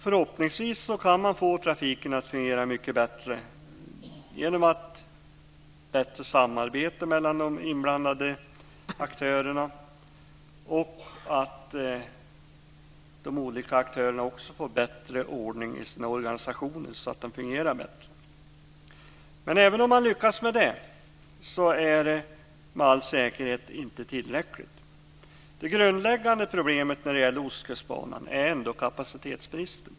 Förhoppningsvis kan man få trafiken att fungera mycket bättre genom bättre samarbete mellan de inblandade aktörerna och genom att de olika aktörerna får bättre ordning i sina organisationer, så att de fungerar bättre. Även om man lyckas med det är det med all säkerhet inte tillräckligt. Det grundläggande problemet när det gäller Ostkustbanan är ändå kapacitetsbristen.